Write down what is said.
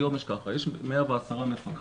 היום יש ככה, יש 110 מפקחים,